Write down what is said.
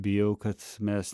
bijau kad mes